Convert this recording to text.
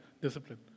discipline